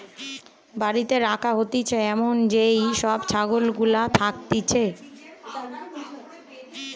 বাড়িতে রাখা হতিছে এমন যেই সব ছাগল গুলা থাকতিছে